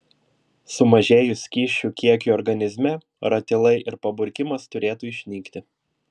sumažėjus skysčių kiekiui organizme ratilai ir paburkimas turėtų išnykti